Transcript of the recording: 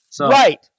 Right